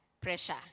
pressure